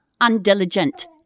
undiligent